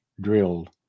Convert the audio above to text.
drilled